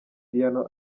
piano